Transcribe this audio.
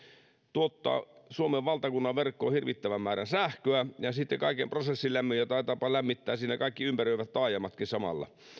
tuottaa suomen valtakunnan verkkoon hirvittävän määrän sähköä ja sitten kaiken prosessilämmön ja taitaapa lämmittää siinä kaikki ympäröivät taajamatkin samalla